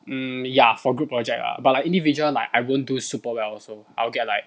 mm ya for group project lah but like individual like I won't do super well so I'll get like